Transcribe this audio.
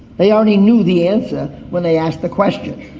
they already knew the answer when they asked the question.